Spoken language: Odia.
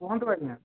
କୁହନ୍ତୁ ଆଜ୍ଞା